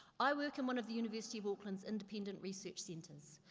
i work in one of the university of auckland's independent research centers.